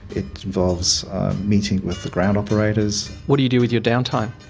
it involves meeting with the ground operators. what do you do with your downtime?